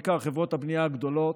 בעיקר חברות הבנייה הגדולות,